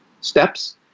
steps